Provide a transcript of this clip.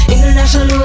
International